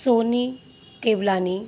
Sony Kewalani